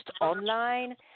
online